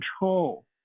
control